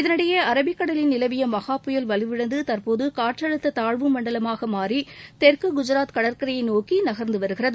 இதனிடையே அரபிக்கடலில் நிலவிய மஹா புயல் வலுவிழந்து தற்போது காற்றழுத்த தாழ்வு மண்டலமாக மாறி தெற்கு குஜராத் கடற்கரையை நோக்கி நகர்ந்து வருகிறது